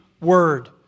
word